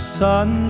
sun